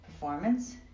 Performance